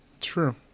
True